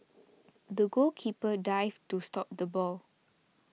the goalkeeper dived to stop the ball